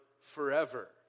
forever